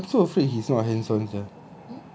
I'm I'm so afraid he's not hands on sia